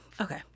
okay